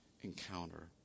encounter